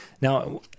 Now